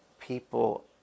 people